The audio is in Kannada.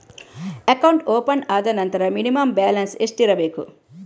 ಅಕೌಂಟ್ ಓಪನ್ ಆದ ನಂತರ ಮಿನಿಮಂ ಬ್ಯಾಲೆನ್ಸ್ ಎಷ್ಟಿರಬೇಕು?